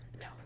No